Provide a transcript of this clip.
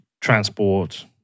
transport